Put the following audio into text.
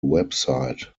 website